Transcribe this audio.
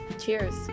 cheers